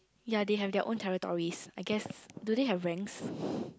ya they have their own territories I guess do they have ranks